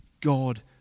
God